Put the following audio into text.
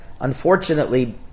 unfortunately